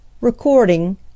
Recording